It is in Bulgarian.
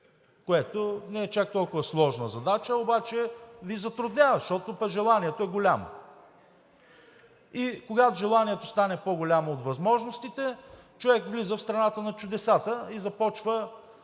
което не е чак толкова сложна задача, обаче Ви затруднява, защото пък желанието е голямо. И когато желанието стане по-голямо от възможностите, човек влиза в страната на чудесата и започва